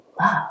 love